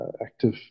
Active